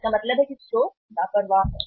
इसका मतलब है कि स्टोर लापरवाह है